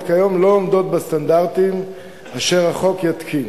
כיום לא עומדות בסטנדרטים אשר החוק יתקין.